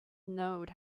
node